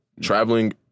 Traveling